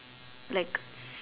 like